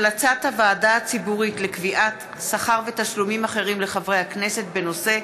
המלצת הוועדה הציבורית לקביעת שכר ותשלומים אחרים לחברי הכנסת בנושא: